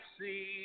see